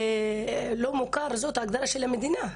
ולא מוכר זאת הגדרה של המדינה,